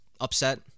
upset